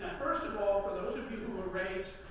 first of all, for those of you who were raised,